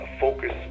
focus